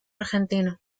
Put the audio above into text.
argentino